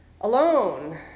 alone